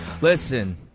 Listen